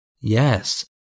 Yes